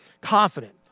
confident